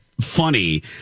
funny